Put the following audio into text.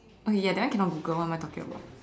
okay ya that one cannot Google one what am I talking about